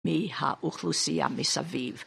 מהאוכלוסייה מסביב.